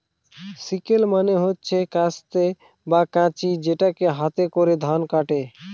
sickle মানে হচ্ছে কাস্তে বা কাঁচি যেটাকে হাতে করে ধান কাটে